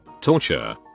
torture